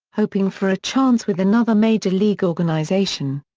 hoping for a chance with another major league organization.